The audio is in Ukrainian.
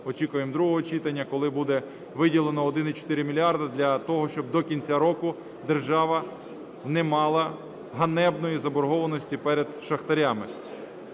очікуємо другого читання, коли буде виділено 1,4 мільярда для того, щоб до кінця року держава не мала ганебної заборгованості перед шахтарями.